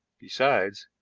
besides,